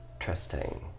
Interesting